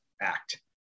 act